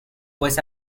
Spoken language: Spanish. pues